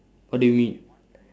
what do you mean